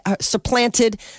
supplanted